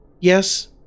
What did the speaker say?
Yes